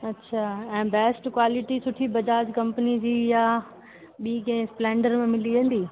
अच्छा ऐं best quality सुठी बजाज कंपनी जी या ॿीं कंहिं स्पलैंडर में मिली वेंदी